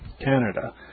Canada